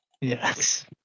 Yes